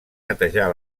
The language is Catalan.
netejar